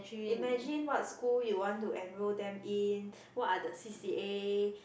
imagine what school you want to enrol them in what are the c_c_a